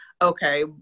okay